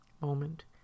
moment